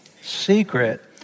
secret